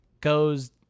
Goes